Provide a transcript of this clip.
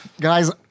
Guys